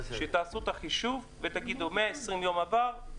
תעשו את החישוב ותגידו: 120 ימים עברו.